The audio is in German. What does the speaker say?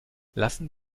lassen